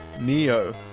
Neo